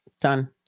done